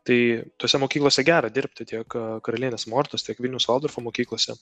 tai tose mokyklose gera dirbti tiek karalienės mortos tiek vilniaus valdorfo mokyklose